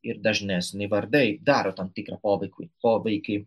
ir dažnesni vardai daro tam tikrą poveikį poveikį